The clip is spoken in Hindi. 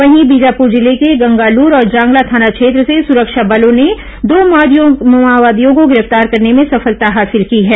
वहीं बीजापूर जिले के गंगालूर और जांगला थाना क्षेत्र से सुरक्षा बलों ने दो माओवादियों को गिरफ्तार करने में सफलता हासिल की है